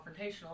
confrontational